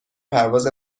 پرواز